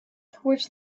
toward